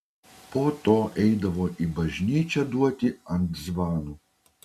po to eidavo į bažnyčią duoti ant zvanų